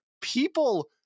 people